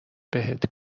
بهت